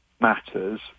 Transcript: matters